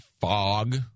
fog